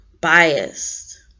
biased